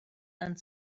and